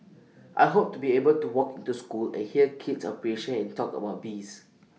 I hope to be able to walk into school and hear kids appreciate and talk about bees